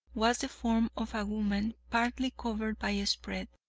was the form of a woman partly covered by a spread,